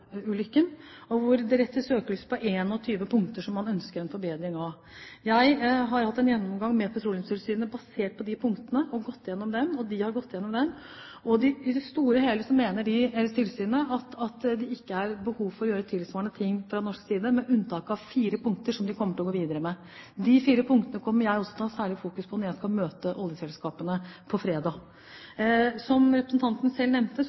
Mexicogolfen, hvor man retter søkelyset på 21 punkter som man ønsker en forbedring av. Jeg har hatt en gjennomgang med Petroleumstilsynet basert på de punktene, og de har gått gjennom dem. I det store og hele mener tilsynet at det ikke er behov for å gjøre tilsvarende ting fra norsk side, med unntak av fire punkter som de kommer til å gå videre med. De fire punktene kommer jeg også til å ha særlig fokus på når jeg skal møte oljeselskapene på fredag. Som representanten selv nevnte,